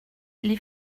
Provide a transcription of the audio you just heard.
les